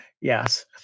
yes